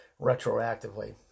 retroactively